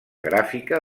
gràfica